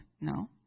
No